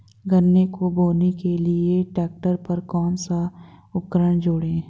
गन्ने को बोने के लिये ट्रैक्टर पर कौन सा उपकरण जोड़ें?